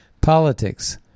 politics